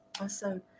Awesome